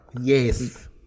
Yes